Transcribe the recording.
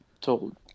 told